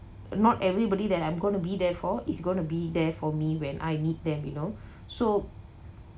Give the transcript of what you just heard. not everybody that I'm going to be therefore is going to be there for me when I need them you know so